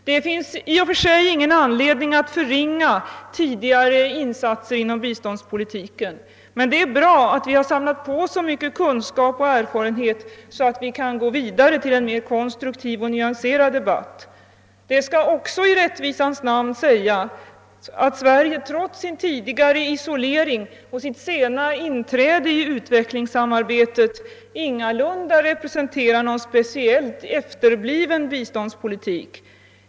Det finns i och för sig ingen anledning att förringa tidigare insatser inom biståndspolitiken. Men det är bra att vi har samlat så mycken kunskap och erfarenhet att vi kan gå vidare till en mer konstruktiv och nyanserad debatt. Det skall också i rättvisans namn sägas att Sverige trots sin tidigare isolering och sitt sena inträde i utvecklingssamarbetet ingalunda representerar någon speciellt efterbliven biståndspolitik.